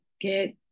get